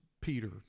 Peter